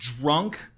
Drunk